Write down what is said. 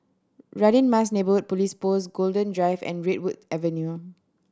Radin Mas Neighbourhood Police Post Golden Drive and Redwood Avenue